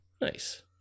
Nice